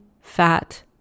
fat